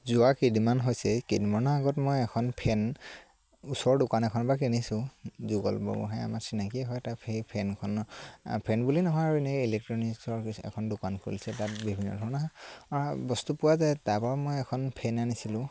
যোৱা কেইদিনমান হৈছে কেইদিনমানৰ আগত মই এখন ফেন ওচৰৰ দোকান এখনৰ পৰা কিনিছোঁ যুগল বৰগোহাঁই আমাৰ চিনাকি হয় সেই ফেনখন ফেন বুলি নহয় আৰু এনেই ইলেক্ট্ৰনিকচৰ এখন দোকান খুলিছে তাত বিভিন্ন ধৰণৰ বস্তু পোৱা যায় তাৰপৰা মই এখন ফেন আনিছিলোঁ